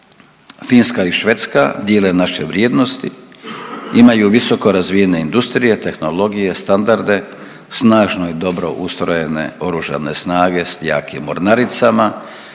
Finska i Švedska dijele naše vrijednosti, imaju visoko razvijene industrije, tehnologije, standarde, snažno i dobro ustrojene oružane snage s jakom mornaricama